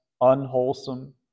unwholesome